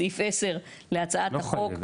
סעיף (10) להצעת החוק,